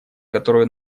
которую